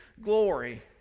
glory